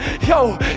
Yo